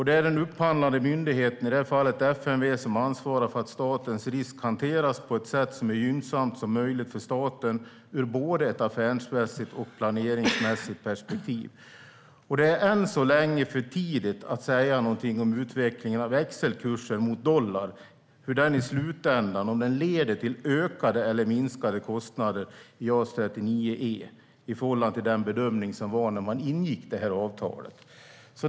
Det är den upphandlande myndigheten - i det här fallet FMV - som ansvarar för att statens risk hanteras på ett sätt som är så gynnsamt som möjligt för staten både ur ett affärsmässigt och ur ett planeringsmässigt perspektiv. Än så länge är det för tidigt att säga någonting om utvecklingen av växelkurser och dollarns värde och om de leder till ökade eller minskade kostnader för JAS 39 E i förhållande till den bedömning som man gjorde när antalet ingicks.